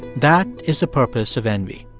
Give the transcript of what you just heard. that is the purpose of envy.